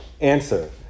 Answer